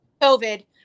COVID